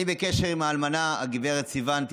אני בקשר עם האלמנה הגב' סיון,